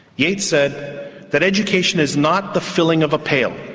yeats said that education is not the filling of a pail,